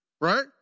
Right